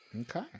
Okay